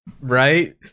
Right